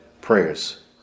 prayers